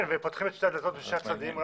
ופותחים את הדלתות משני הצדדים?